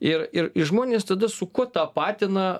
ir ir i žmonės tada su kuo tapatina